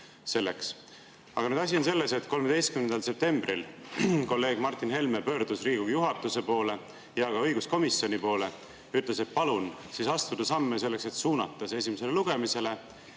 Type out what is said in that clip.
selleks. Aga nüüd asi on selles, et 13. septembril kolleeg Martin Helme pöördus Riigikogu juhatuse poole ja ka õiguskomisjoni poole ning palus astuda samme selleks, et suunata see esimesele lugemisele.